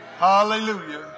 Hallelujah